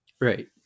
Right